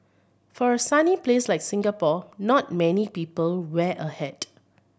for a sunny place like Singapore not many people wear a hat